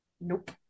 Nope